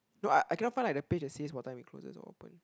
no I I cannot find like the page it says what time it closes or open